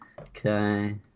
Okay